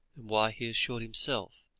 and why he assured himself,